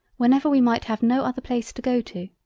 whenever we might have no other place to go to.